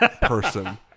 person